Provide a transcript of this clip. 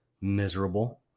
miserable